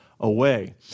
Away